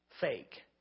fake